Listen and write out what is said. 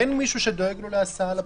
אין מישהו שדואג לו להסעה לבחירות.